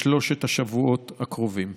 בשלושת השבועות הקרובים.